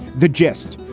the gist.